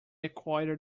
acquired